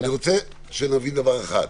אני רוצה שנבין דבר אחד,